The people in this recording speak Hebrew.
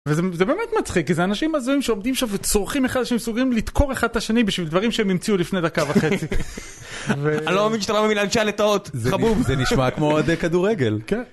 וזה באמת מצחיק, כי זה אנשים מזוהים שעובדים שם וצורכים אחד אשר הם סוגרים לתקור אחד את השני בשביל דברים שהם המציאו לפני דקה וחצי. אני לא מאמין שאתה לא מאמין להמשל את האות, חבוב. זה נשמע כמו כדורגל, כן.